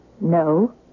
No